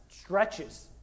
stretches